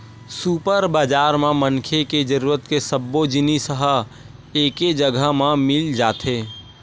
super बजार म मनखे के जरूरत के सब्बो जिनिस ह एके जघा म मिल जाथे